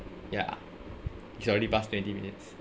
yeah she already pass twenty minutes